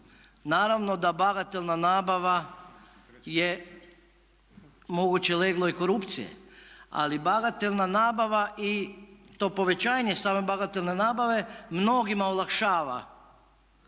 Naravno da bagatelna nabava je moguće leglo i korupcije. Ali bagatelna nabava i to povećanje same bagatelne nabave mnogima olakšava